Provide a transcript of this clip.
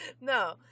No